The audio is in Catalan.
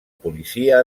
policia